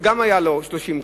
גם היו לו 30 קוב,